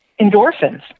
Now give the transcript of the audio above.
endorphins